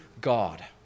God